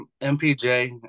MPJ